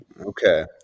Okay